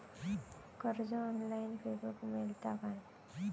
कर्ज ऑनलाइन फेडूक मेलता काय?